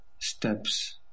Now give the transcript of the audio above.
steps